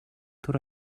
түр